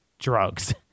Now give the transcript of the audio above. drugs